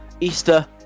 Easter